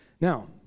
Now